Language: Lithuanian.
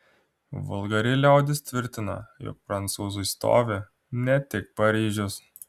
vulgari liaudis tvirtina jog prancūzui stovi ne tik paryžius